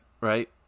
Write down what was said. right